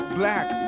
black